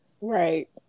right